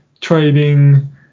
trading